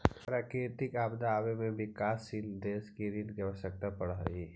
प्राकृतिक आपदा आवे पर विकासशील देशों को ऋण की आवश्यकता पड़अ हई